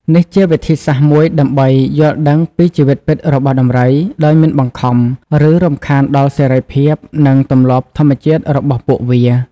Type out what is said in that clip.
នេះជាវិធីសាស្ត្រមួយដើម្បី យល់ដឹងពីជីវិតពិតរបស់ដំរី ដោយមិនបង្ខំ ឬរំខានដល់សេរីភាព និងទម្លាប់ធម្មជាតិរបស់ពួកវា។